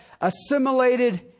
assimilated